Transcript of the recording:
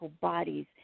bodies